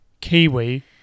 kiwi